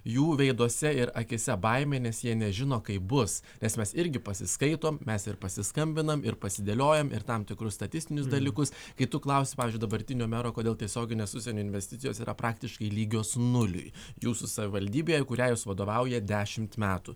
jų veiduose ir akyse baimė nes jie nežino kaip bus nes mes irgi pasiskaitom mes ir pasiskambinam ir pasidėliojam ir tam tikrus statistinius dalykus kai tu klausi pavyzdžiui dabartinio mero kodėl tiesioginės užsienio investicijos yra praktiškai lygios nuliui jūsų savivaldybėje kuriai vadovaujat dešimt metų